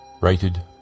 Rated